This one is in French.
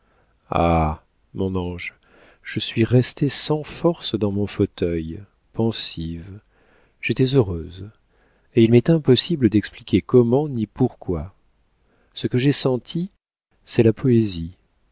mon ange je suis restée sans force dans mon fauteuil pensive j'étais heureuse et il m'est impossible d'expliquer comment ni pourquoi ce que j'ai senti c'est la poésie